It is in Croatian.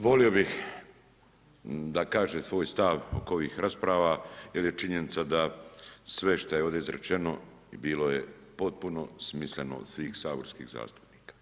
Volio bih da kaže svoj stav oko ovih rasprava jer je činjenica da sve što ovdje izrečeno, bilo je potpuno smisleno od svih saborskih zastupnika.